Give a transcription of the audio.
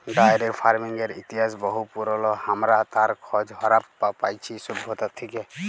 diary ফার্মিংয়ের ইতিহাস বহু পুরল, হামরা তার খজ হারাপ্পা পাইছি সভ্যতা থেক্যে